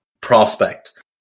prospect